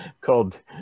called